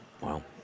Wow